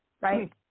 right